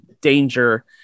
danger